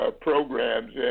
programs